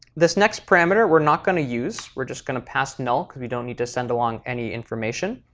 this next parameter we're not going to use. we're just going to pass null because we don't need to send along any information.